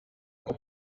con